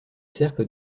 cercles